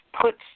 puts